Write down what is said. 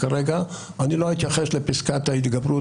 ואני לא אתייחס לפסקת ההתגברות,